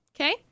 Okay